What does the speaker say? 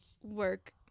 work